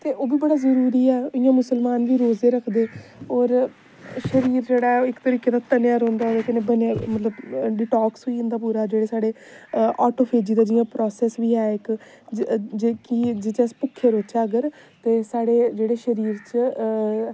ते ओह् बी बड़ा जरूरी ऐ इयां मुस्लमान बी रोजे रखदे होर शरीर जेह्ड़ा ऐ इक तरीके कन्नै तनेआ रौंहदा कन्नै मतलब डीटोकस होई जंदा पूरा जेह्ड़े साढ़े आटो फिजस दा जियां प्रासेस ऐ बी ऐ इक जे कि जिन्ने चिर अस भुक्खे रौहचै अगर ते साढ़े जेह्ड़े शरीर च